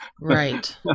Right